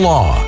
Law